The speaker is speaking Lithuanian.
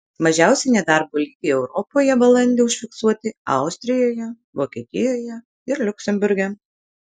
mažiausi nedarbo lygiai europoje balandį užfiksuoti austrijoje vokietijoje ir liuksemburge